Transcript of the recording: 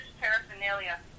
paraphernalia